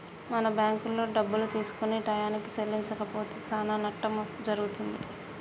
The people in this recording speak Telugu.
మనం బ్యాంకులో డబ్బులుగా తీసుకొని టయానికి చెల్లించకపోతే చానా నట్టం జరుగుతుంది